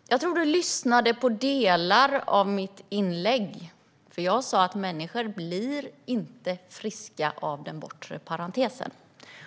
Herr talman! Jag tror att du bara lyssnade på delar av mitt inlägg, Mathias Tegnér, för jag sa att människor inte blir friska av den bortre parentesen.